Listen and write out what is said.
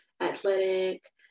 athletic